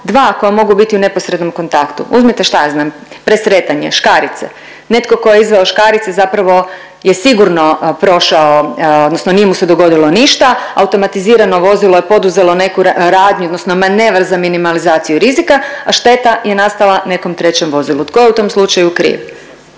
dva koja mogu biti u neposrednom kontaktu, uzmite šta ja znam, presretanje, škarice, netko tko je izveo škarice zapravo je sigurno prošao odnosno nije mu se dogodilo ništa, automatizirano vozilo je poduzelo neku radnju odnosno manevar za minimalizaciju rizika, a šteta je nastala nekom trećem vozilu, tko je u tom slučaju kriv?